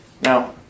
Now